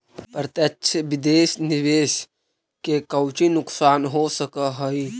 प्रत्यक्ष विदेश निवेश के कउची नुकसान हो सकऽ हई